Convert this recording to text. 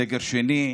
סגר שני,